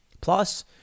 Plus